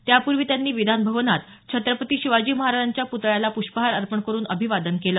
त्यापूर्वी त्यांनी विधान भवनात छत्रपती शिवाजी महाराजांच्या पुतळ्याला पुष्पहार अर्पण करून अभिवादन केल